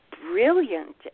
brilliant